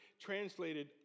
translated